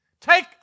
Take